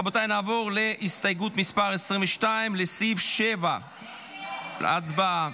רבותיי, נעבור להסתייגות מס' 22, לסעיף 7. הצבעה.